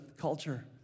culture